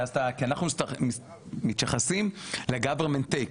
כי אנחנו מתייחסים ל-Government take,